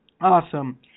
Awesome